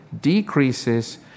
decreases